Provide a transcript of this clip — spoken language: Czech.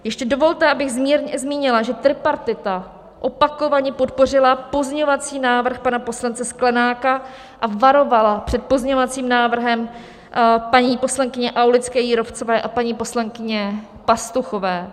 Ještě dovolte, abych zmínila, že tripartita opakovaně podpořila pozměňovací návrh pana poslance Sklenáka a varovala před pozměňovacím návrhem paní poslankyně Aulické Jírovcové a paní poslankyně Pastuchové.